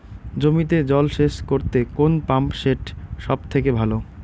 জমিতে জল সেচ করতে কোন পাম্প সেট সব থেকে ভালো?